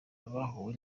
abahowe